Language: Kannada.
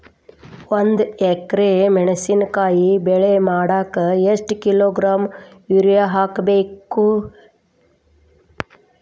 ಒಂದ್ ಎಕರೆ ಮೆಣಸಿನಕಾಯಿ ಬೆಳಿ ಮಾಡಾಕ ಎಷ್ಟ ಕಿಲೋಗ್ರಾಂ ಯೂರಿಯಾ ಹಾಕ್ಬೇಕು?